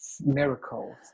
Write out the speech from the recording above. miracles